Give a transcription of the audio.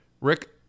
Rick